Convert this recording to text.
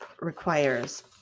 requires